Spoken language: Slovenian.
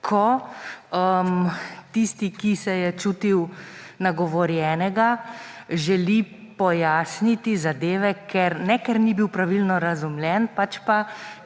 ko tisti, ki se je čutil nagovorjenega, želi pojasniti zadeve, ne ker ni bil pravilno razumljen, pač pa